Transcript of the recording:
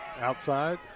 outside